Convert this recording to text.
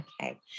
Okay